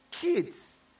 Kids